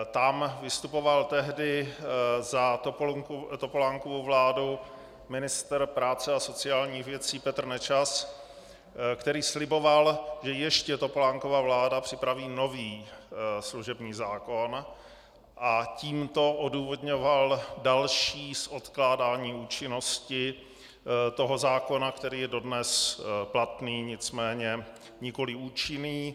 Tam vystupoval tehdy za Topolánkovu vládu ministr práce a sociálních věcí Petr Nečas, který sliboval, že ještě Topolánkova vláda připraví nový služební zákon, a tímto odůvodňoval další odkládání účinnosti toho zákona, který je dodnes platný, nicméně nikoli účinný.